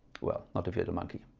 well not if you are the monkey